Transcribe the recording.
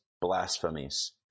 blasphemies